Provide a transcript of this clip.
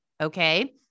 Okay